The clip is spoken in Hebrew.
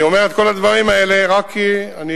אני אומר את כל הדברים האלה רק כי אני